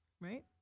Right